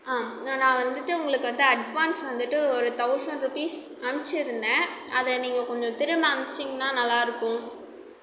நான் வந்துட்டு உங்களுக்கு வந்து அட்வான்ஸ் வந்துட்டு ஒரு தௌசன்ட் ருபீஸ் அனுப்பிச்சிருந்தேன் அதை நீங்கள் கொஞ்சம் திரும்ப அம்ச்சீங்கன்னா நல்லாயிருக்கும்